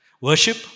Worship